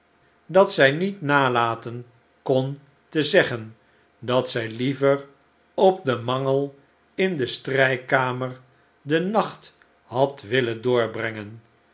dat zij niet nalaten kon te zeggen dat zij liever op den mangel in de strijkkamer den nacht had willen doorbrengen